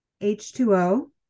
H2O